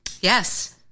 Yes